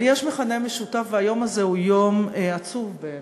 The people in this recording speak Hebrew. אבל יש מכנה משותף, והיום הזה הוא יום עצוב בעיני.